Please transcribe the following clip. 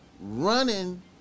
running